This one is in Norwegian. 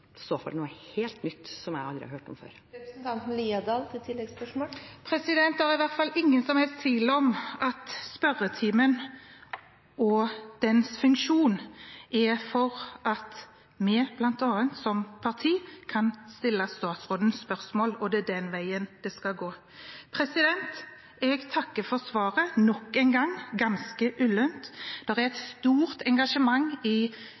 så fall noe helt nytt som jeg aldri har hørt om. Det er i hvert fall ingen som helst tvil om at spørretimen og dens funksjon er for at bl.a. vi som parti kan stille statsråden spørsmål, og det er den veien det skal gå. Jeg takker for svaret – som nok en gang var ganske ullent. Det er et stort engasjement i denne sal for hvordan Den kulturelle spaserstokken fungerer ute i